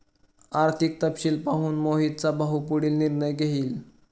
आर्थिक तपशील पाहून मोहितचा भाऊ पुढील निर्णय घेईल